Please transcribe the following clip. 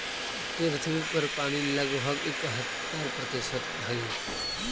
पृथ्वी पर पानी लगभग इकहत्तर प्रतिशत हई